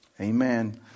Amen